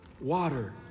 Water